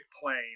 plane